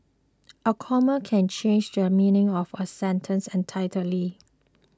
a comma can change the meaning of a sentence entirely